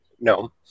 no